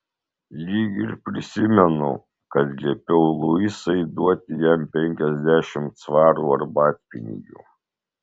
lyg ir prisimenu kad liepiau luisai duoti jam penkiasdešimt svarų arbatpinigių